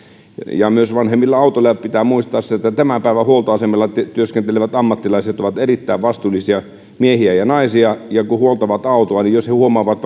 ja myös vanhempien autojen kanssa pitää muistaa se että tämän päivän huoltoasemilla työskentelevät ammattilaiset ovat erittäin vastuullisia miehiä ja ja naisia ja kun he huoltavat autoa niin jos he huomaavat